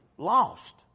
Lost